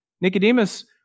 Nicodemus